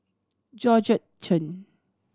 Georgette Chen